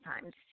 times